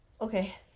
Okay